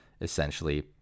essentially